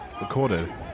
recorded